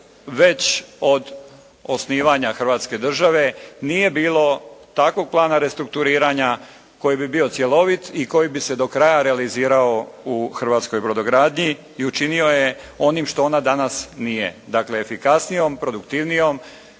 već od osnivanja Hrvatske države nije bilo takvog plana restrukturiranja koji bi bio cjelovit i koji bi se do kraja realizirao u hrvatskoj brodogradnji i učinio je onim što ona danas nije. Dakle, efikasnijom, produktivnijom,